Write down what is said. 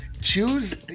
Choose